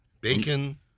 Bacon